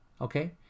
Okay